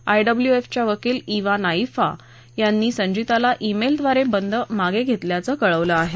आयडब्ल्यूएफच्या वकील इव्हा नाइर्फा यांनी संजीताला ई मेलद्वारे बंद मागे घेतल्याचं कळवलं आहे